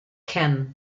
ken